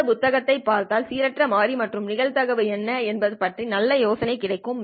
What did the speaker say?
இந்த புத்தகங்களைப் பார்த்தால் சீரற்ற மாறி மற்றும் நிகழ்தகவு என்ன என்பது பற்றி நல்ல யோசனை கிடைக்கும்